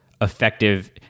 effective